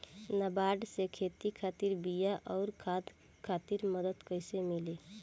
नाबार्ड से खेती खातिर बीया आउर खाद खातिर मदद कइसे मिली?